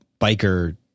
biker